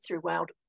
throughout